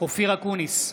אופיר אקוניס,